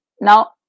Now